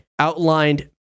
outlined